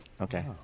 Okay